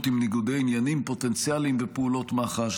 עם ניגודי עניינים פוטנציאליים בפעולות מח"ש,